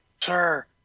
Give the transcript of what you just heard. sir